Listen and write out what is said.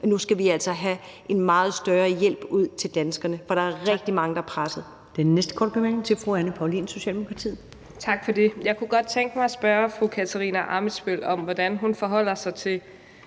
Nu skal vi altså have en meget større hjælp ud til danskerne, for der er rigtig mange, der er presset.